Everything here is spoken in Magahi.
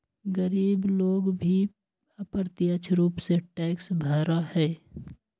गरीब लोग भी अप्रत्यक्ष रूप से टैक्स भरा हई